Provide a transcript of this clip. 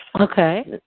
Okay